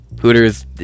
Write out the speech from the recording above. Hooters